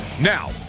Now